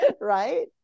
Right